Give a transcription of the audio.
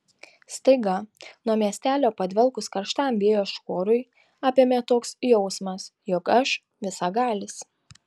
staiga nuo miestelio padvelkus karštam vėjo šuorui apėmė toks jausmas jog aš visagalis